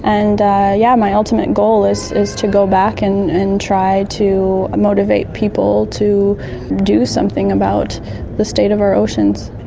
and yes, yeah my ultimate goal is is to go back and and try to motivate people to do something about the state of our oceans.